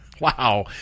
Wow